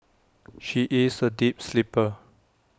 she is A deep sleeper